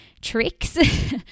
tricks